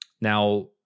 Now